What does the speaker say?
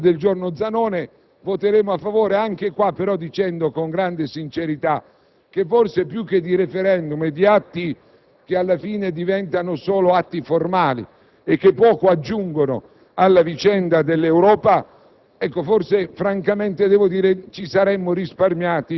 primo firmatario il senatore Zanone, voteremo a favore dicendo con grande sincerità che forse, più che di *referendum* e di atti che alla fine diventano solo atti formali e che poco aggiungono alla vicenda dell'Europa,